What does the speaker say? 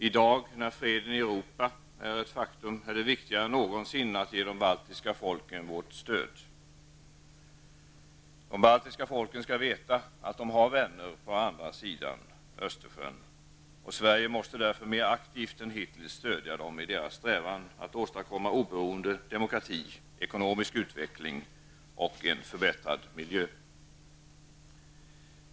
I dag, när freden i Europa är ett faktum, är det viktigare än någonsin att vi ger de baltiska folken vårt stöd. De baltiska folken skall veta att de har vänner på andra sidan Östersjön. Sverige måste därför mer aktivt än hittills stödja dem i deras strävan att åstadkomma oberoende, demokrati, ekonomisk utveckling och en förbättrad miljö.